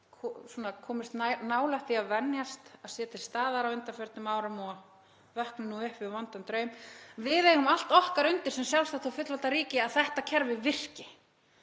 komist nálægt því að venjast að sé til staðar á undanförnum árum og vöknum upp við vondan draum, við eigum allt okkar sem sjálfstætt og fullvalda ríki undir því að þetta kerfi virki.